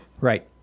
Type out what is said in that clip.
Right